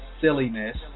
silliness